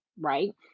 right